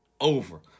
Over